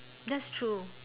that's true